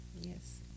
Yes